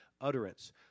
utterance